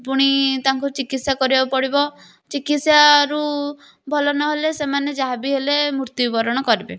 ପୁଣି ତାଙ୍କୁ ଚିକତ୍ସା କରିବାକୁ ପଡ଼ିବ ଚିକିତ୍ସାରୁ ଭଲ ନହେଲେ ସେମାନେ ଯାହା ବି ହେଲେ ମୃତ୍ୟବରଣ କରିବେ